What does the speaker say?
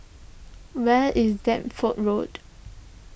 where is Deptford Road